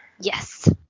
Yes